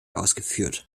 ausgeführt